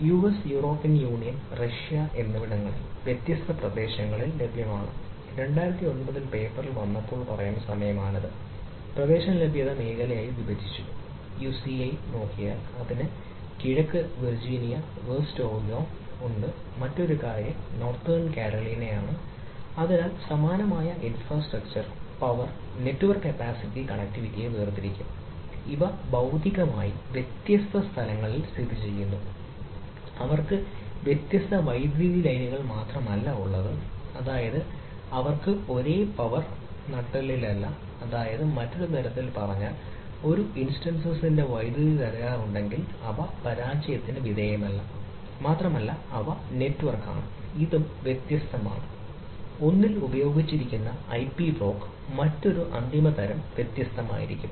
US European Union Asia മറ്റൊരു അന്തിമ തരം വ്യത്യസ്തമായിരിക്കും